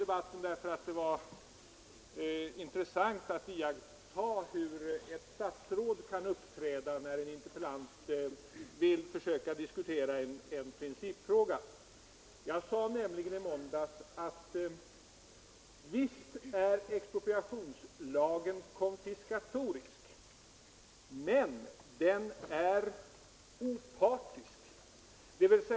Det är nämligen intressant att iaktta hur ett statsråd kan uppträda när en interpellant vill försöka diskutera en principfråga. Jag sade i måndags att visst är expropriationslagen konfiskatorisk, men den är opartisk.